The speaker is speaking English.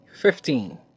fifteen